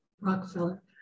Rockefeller